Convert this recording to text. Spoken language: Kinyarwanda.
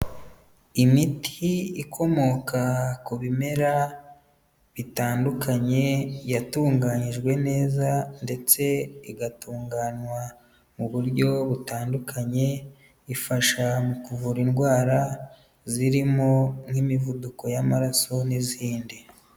Imiti ikomoka ku bimera bitandukanye, yatunganyijwe neza ndetse igatunganywa mu buryo butandukanye, ifasha mu kuvura indwara zirimo nk'imivuduko y'amaraso n'izindi.